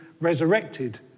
resurrected